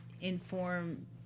inform